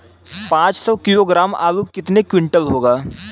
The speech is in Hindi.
पाँच सौ किलोग्राम आलू कितने क्विंटल होगा?